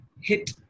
hit